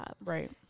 right